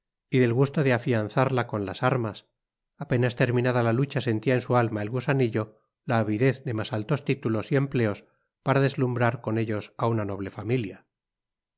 y del gusto de afianzarla con las armas apenas terminada la lucha sentía en su alma el gusanillo la avidez de más altos títulos y empleos para deslumbrar con ellos a una noble familia